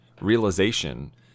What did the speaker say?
realization